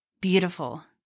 beautiful